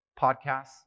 podcasts